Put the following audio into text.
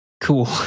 cool